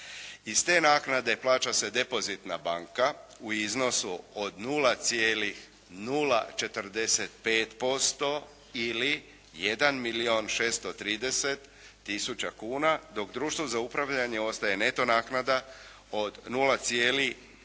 Iz te naknade plaća se depozitna banka u iznosu od 0,045% ili jedan milijun 630 tisuća kuna dok društvu za upravljanje ostaje neto naknada od 0,193%